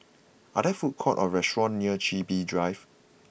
are there food court or restaurant near Chin Bee Drive